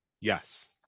Yes